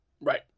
Right